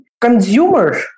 consumer